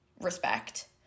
respect